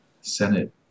Senate